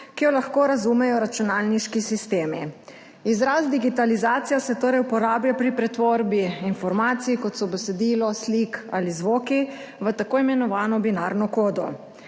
ki jo lahko razumejo računalniški sistemi. Izraz digitalizacija se torej uporablja pri pretvorbi informacij kot so besedilo slik ali zvoki v tako imenovano binarno kodo.